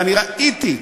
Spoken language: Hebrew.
ואני ראיתי,